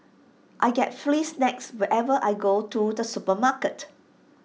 I get free snacks whenever I go to the supermarket